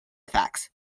effects